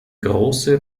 große